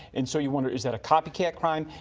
and so you wonder is that a copycat crime,